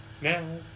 now